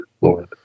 Lord